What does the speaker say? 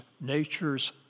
nature's